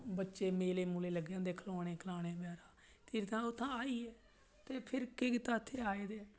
बच्चे मेले गी लग्गे दे होंदे खलौने ते किश तां उत्थां आइयै ते फिर केह् कीता उत्थां आइयै